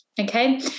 okay